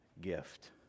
gift